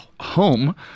Home